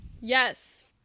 Yes